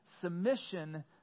submission